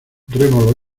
remo